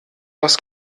das